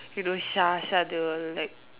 you know Shasha they will like